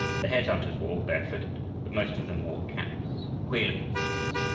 the head-hunters were all barefooted, but most of them wore caps queer-looking things,